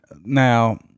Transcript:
now